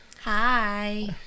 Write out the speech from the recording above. Hi